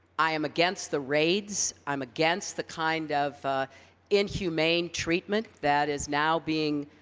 i am against the raids. i'm against the kind of inhumane treatment that is now being